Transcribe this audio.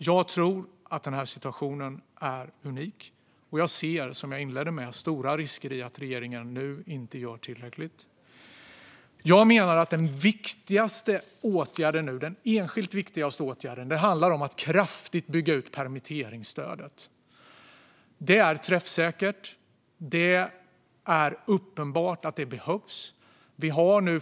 Jag tror att denna situation är unik, och jag ser, som jag inledde med att säga, stora risker i att regeringen nu inte gör tillräckligt. Jag menar att den enskilt viktigaste åtgärden handlar om att kraftigt bygga ut permitteringsstödet. Det är träffsäkert, och det är uppenbart att det behövs.